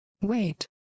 Wait